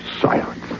silence